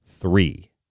Three